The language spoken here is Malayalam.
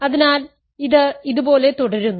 അതിനാൽ ഇത് ഇതുപോലെ തുടരുന്നു